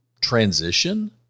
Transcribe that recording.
transition